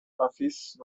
office